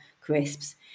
crisps